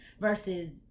versus